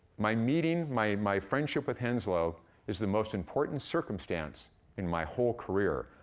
my meeting, my my friendship with henslow is the most important circumstance in my whole career.